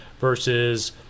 versus